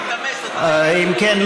אם כן,